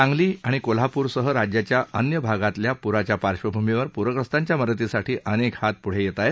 सांगली आणि कोल्हापूरसह राज्याच्या अन्य भागातल्या पुराच्या पार्श्वभूमीवर पूर्खस्तांच्या मदतीसाठी अनेक हात पुढे येत आहे